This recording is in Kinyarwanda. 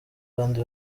abandi